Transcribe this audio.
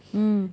mm